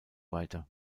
weiter